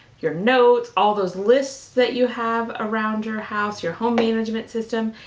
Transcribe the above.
your notes, all those lists that you have around your house, your home management system.